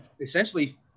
essentially